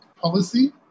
policy